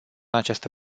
această